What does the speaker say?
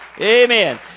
Amen